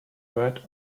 bad